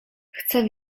chcę